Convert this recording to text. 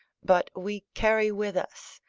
but we carry with us,